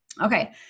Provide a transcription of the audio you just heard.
Okay